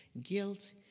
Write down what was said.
guilt